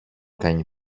κάνει